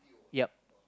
yup